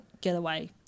getaway